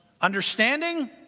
understanding